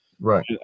Right